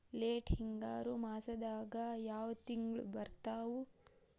Late ಹಿಂಗಾರು ಮಾಸದಾಗ ಯಾವ್ ತಿಂಗ್ಳು ಬರ್ತಾವು?